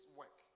work